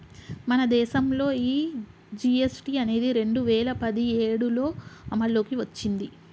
మన దేసంలో ఈ జీ.ఎస్.టి అనేది రెండు వేల పదిఏడులో అమల్లోకి ఓచ్చింది